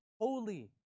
holy